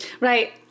Right